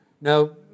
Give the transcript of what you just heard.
Now